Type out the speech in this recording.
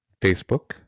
Facebook